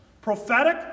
Prophetic